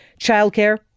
childcare